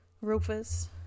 rufus